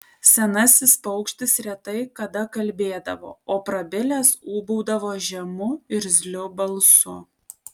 senasis paukštis retai kada kalbėdavo o prabilęs ūbaudavo žemu irzliu balsu